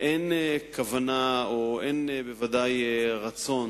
אין כוונה, או ודאי אין רצון